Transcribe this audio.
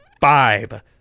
five